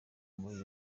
muri